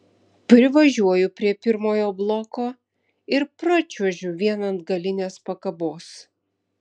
privažiuoju prie pirmojo bloko ir pračiuožiu vien ant galinės pakabos